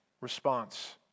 response